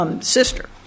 sister